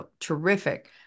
terrific